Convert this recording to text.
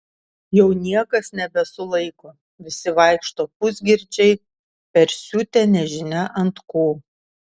jau niekas nebesulaiko visi vaikšto pusgirčiai persiutę nežinia ant ko